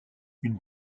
une